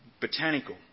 botanical